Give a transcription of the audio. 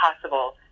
possible